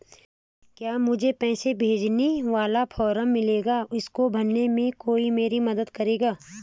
क्या मुझे पैसे भेजने वाला फॉर्म मिलेगा इसको भरने में कोई मेरी मदद करेगा?